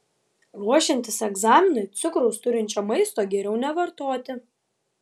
ruošiantis egzaminui cukraus turinčio maisto geriau nevartoti